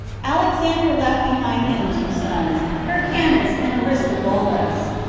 alexander left behind him two sons, hyrcanus and aristobulus,